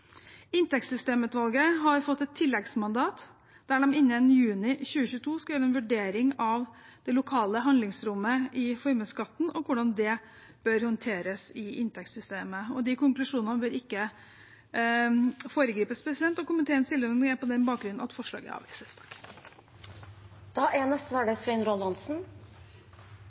Inntektssystemutvalget har fått et tilleggsmandat der de innen juni 2022 skal gjøre en vurdering av det lokale handlingsrommet i formuesskatten og hvordan det bør håndteres i inntektssystemet. De konklusjonene bør ikke foregripes. Komiteen innstiller på den bakgrunn på at forslaget avvises.